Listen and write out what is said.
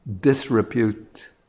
disrepute